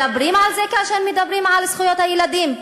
מדברים על זה כאשר מדברים על זכויות הילדים?